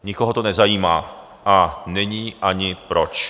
Nikoho to nezajímá a není ani proč.